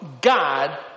God